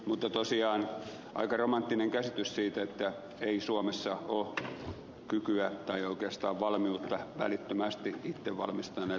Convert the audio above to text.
mutta tosiaan aika romanttinen käsitys siitä että ei suomessa ole kykyä tai oikeastaan valmiutta välittömästi itse valmistaa näitä asioita